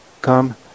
come